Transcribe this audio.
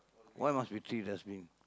why must be three dustbin